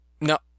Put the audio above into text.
No